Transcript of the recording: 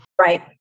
right